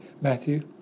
Matthew